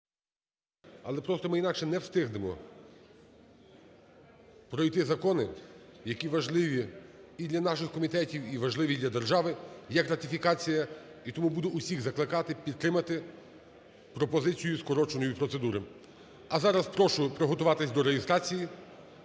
але просто ми інакше не встигнемо пройти закони, які важливі і для наших комітетів, і важливі для держави, як ратифікація, і тому буду всіх закликати підтримати пропозицію скороченої процедури. А зараз прошу приготуватися до реєстрації,